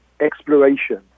exploration